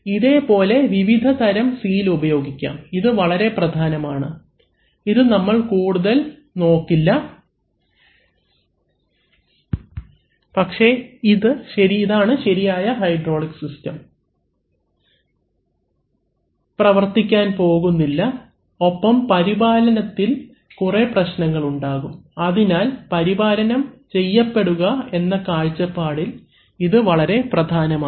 ഇതേപോലെ വിവിധതരം സീൽ ഉപയോഗിക്കാം ഇത് വളരെ പ്രധാനമാണ് ഇത് നമ്മൾ കൂടുതൽ നോക്കില്ല പക്ഷേ ഇത് ശരിയാകാതെ ഹൈഡ്രോളിക് സിസ്റ്റം പ്രവർത്തിക്കാൻ പോകുന്നില്ല ഒപ്പം പരിപാലനത്തിൽ കുറെ പ്രശ്നങ്ങൾ ഉണ്ടാകും അതിനാൽ പരിപാലനം ചെയ്യപ്പെടുക എന്ന കാഴ്ചപ്പാടിൽ ഇത് വളരെ പ്രധാനമാണ്